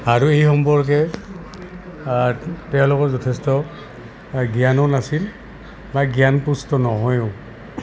আৰু এই সম্পৰ্কে তেওঁলোকৰ যথেষ্ট জ্ঞানো নাছিল বা জ্ঞানপুষ্ট নহয়ো